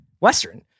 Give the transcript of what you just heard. Western